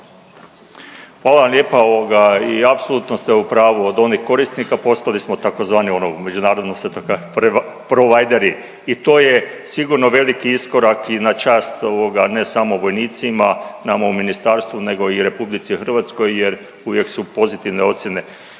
Hvala lijepa ovoga i apsolutno ste u pravu od onih korisnika postali smo tzv. ono međunarodno se to kaže provideri i to je sigurno veliki iskorak i na čast ne samo vojnicima nama u ministarstvu nego i RH jer uvijek su pozitivne ocjene.